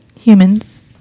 humans